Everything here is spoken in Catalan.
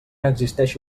existeixi